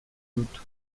dut